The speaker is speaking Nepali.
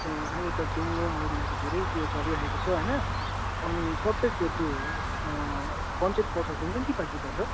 ए अहिले त डेङ्गु मलेरियाको धेरै त्यो चलिरहेको छ होइन अनि तपाईँको त्यो पञ्चायत पर्छ कि म्युनिसिप्यालिटी पर्छ